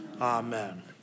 Amen